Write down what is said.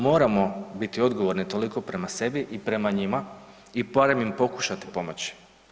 Moramo biti odgovorni toliko prema sebi i prema njima i barem im pokušati pomoći.